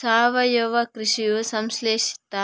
ಸಾವಯವ ಕೃಷಿಯು ಸಂಶ್ಲೇಷಿತ